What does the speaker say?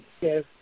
Yes